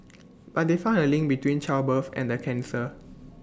but they found A link between childbirth and the cancer